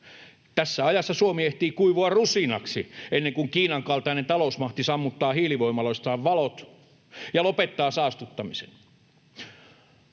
Tässä ajassa Suomi ehtii kuivua rusinaksi ennen kuin Kiinan kaltainen talousmahti sammuttaa hiilivoimaloistaan valot ja lopettaa saastuttamisen.